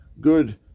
good